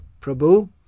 Prabhu